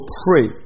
pray